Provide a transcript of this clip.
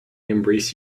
embrace